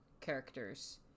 characters